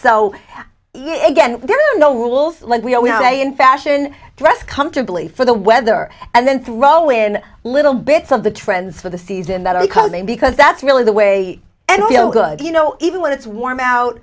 are no rules like we are now in fashion dressed comfortably for the weather and then throw in little bits of the trends for the season that are coming because that's really the way and feel good you know even when it's warm out